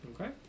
Okay